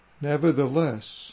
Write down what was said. Nevertheless